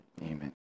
Amen